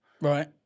Right